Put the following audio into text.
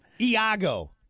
Iago